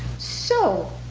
so